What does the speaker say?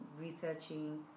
researching